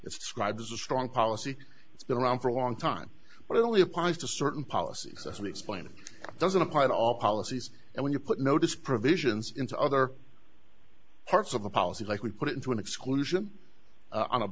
it's scribe's a strong policy it's been around for a long time but it only applies to certain policies as we explain it doesn't apply to all policies and when you put notice provisions into other parts of the policy like would put it into an exclusion on a